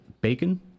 bacon